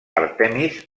àrtemis